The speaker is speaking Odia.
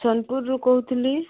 ସୋନପୁରରୁ କହୁଥିଲି